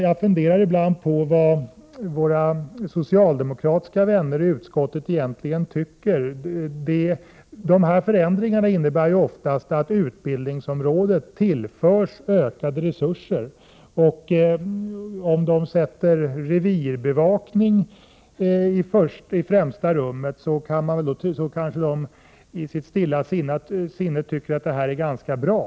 Jag funderar ibland på vad våra socialdemokratiska vänner i utskottet egentligen tycker om den här situationen. Förändringarna innebär ju oftast att utbildningsområdet tillförs ökade resurser, och om de sätter revirbevakningen i främsta rummet kanske de i sitt stilla sinne tycker att detta är ganska bra.